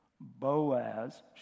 Boaz